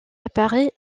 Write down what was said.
apparaît